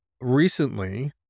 recently